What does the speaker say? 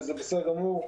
וזה בסדר גמור,